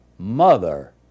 mother